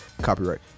copyright